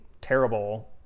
terrible